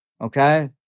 Okay